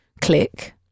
click